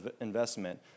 investment